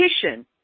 petition